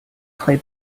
play